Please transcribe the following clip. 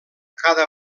cada